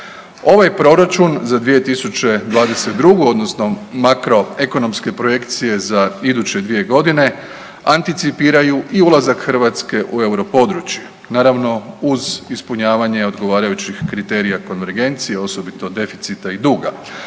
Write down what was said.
Ovaj proračun za 2022. odnosno makroekonomske projekcije za iduće dvije godine, anticipiraju i ulazak Hrvatske u Euro područje, naravno uz ispunjavanje odgovarajućih kriterija konvergencije osobito deficita i duga,